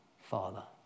Father